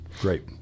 Great